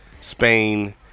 Spain